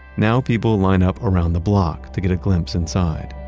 now people line up around the block to get a glimpse inside